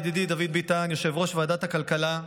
ידידי דוד ביטן, יושב-ראש ועדת הכלכלה,